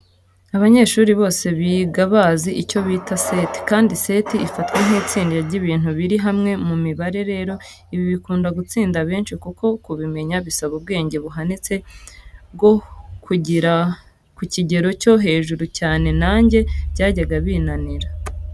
Abanyeshuri bose biga bazi icyo bita seti, kandi seti ifatwa nk'itsinda ry'ibintu biri hamwe, mu mibare rero ibi bikunda gutsinda benshi kuko kubimenya bisaba ubwenge buhanitse bwo ku kigero cyo hejuru cyane, nanjye byajyaga binanira.